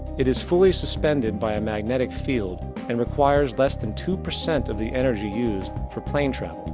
it is fully suspended by a magnetic field and requires less then two percent of the energy used for plane travel.